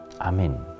Amen